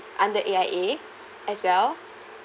under A_I_A as well